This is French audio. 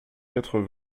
quatre